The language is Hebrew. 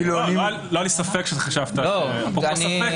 לא היה לי ספק שחשבת אחרת.